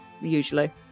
Usually